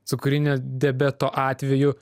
cukrinio diabeto atveju